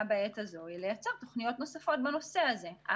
בעת הזו היא לייצר תוכניות נוספות בנושא הזה.